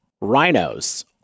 rhinos